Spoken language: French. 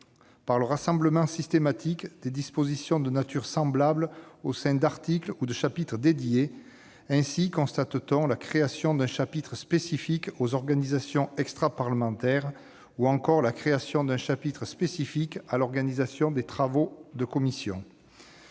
par le rassemblement systématique des dispositions de nature semblable au sein d'articles ou de chapitres dédiés. Ainsi constate-t-on la création d'un chapitre spécifique aux organismes extraparlementaires ou la création d'un chapitre spécifique à l'organisation des travaux de commission.